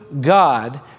God